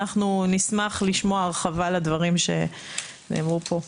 אנחנו נשמח לשמוע הרחבה לדברים שנאמרו פה.